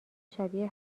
شبیه